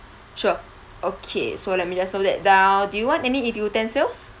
sure okay so let me just note that down do you want any i~ utensils